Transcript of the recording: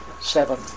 seven